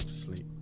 sleep